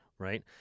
Right